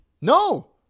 No